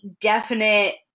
definite